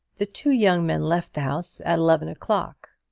the two young men left the house at eleven o'clock.